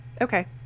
okay